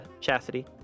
Chastity